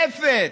משותפת,